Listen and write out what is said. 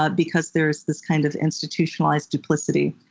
ah because there's this kind of institutionalized duplicity.